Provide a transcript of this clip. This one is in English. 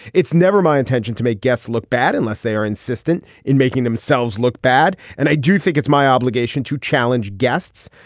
it's never my intention to make guests look bad unless they are insistent in making themselves look bad and i do think it's my obligation to challenge guests.